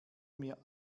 mir